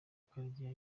karegeya